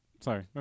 Sorry